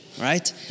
right